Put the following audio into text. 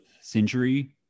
century